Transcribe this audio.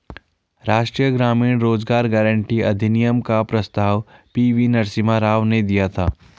राष्ट्रीय ग्रामीण रोजगार गारंटी अधिनियम का प्रस्ताव पी.वी नरसिम्हा राव ने दिया था